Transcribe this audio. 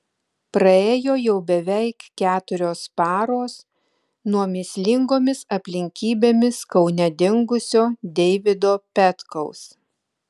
praėjo jau beveik keturios paros nuo mįslingomis aplinkybėmis kaune dingusio deivido petkaus